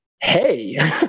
Hey